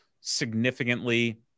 significantly